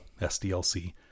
SDLC